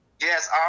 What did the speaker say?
Yes